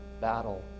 battle